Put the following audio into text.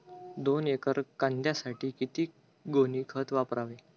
दोन एकर कांद्यासाठी किती गोणी खत वापरावे?